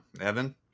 evan